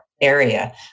area